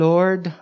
Lord